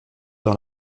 dans